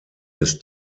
des